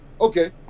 Okay